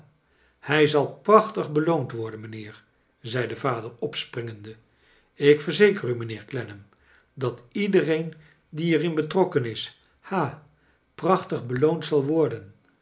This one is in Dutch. hij zal prachtig beloond worden mijnheer zei de vader opspringende lk verzeker u mijnheer clennam dat iedereen die er in betrokkea is ha prachtig beloond zal worden